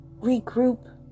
regroup